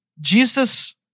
Jesus